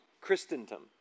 Christendom